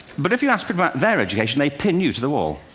but if you ask about their education, they pin you to the wall,